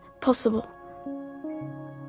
possible